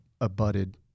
abutted